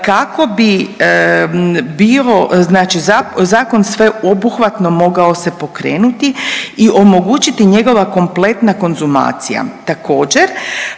kako bi bilo, znači zakon sveobuhvatno mogao se pokrenuti i omogućiti njegova kompletna konzumacija. Također